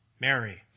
Mary